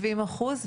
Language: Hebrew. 70 אחוזים.